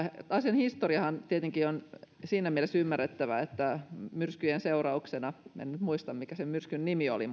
asian historiahan nyt tietenkin on siinä mielessä ymmärrettävä että myrskyjen seurauksena en nyt muista mikä sen myrskyn nimi oli